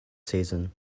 season